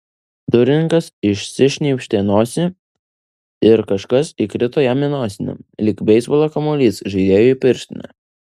durininkas išsišnypštė nosį ir kažkas įkrito jam į nosinę lyg beisbolo kamuolys žaidėjui į pirštinę